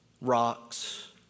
rocks